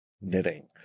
knitting